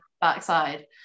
backside